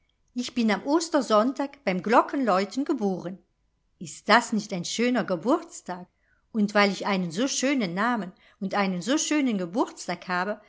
ich bin am ostersonntag beim glockenläuten geboren ist das nicht ein schöner geburtstag und weil ich einen so schönen namen und einen so schönen geburtstag habe